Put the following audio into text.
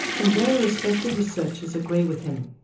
some very respected researchers agree with him.